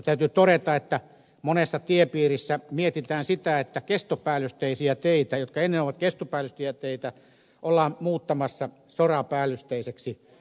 täytyy todeta että monessa tiepiirissä mietitään sitä että teitä jotka ennen olivat kestopäällysteisiä ollaan muuttamassa sorapäällysteiseksi